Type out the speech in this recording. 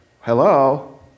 hello